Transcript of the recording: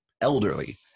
elderly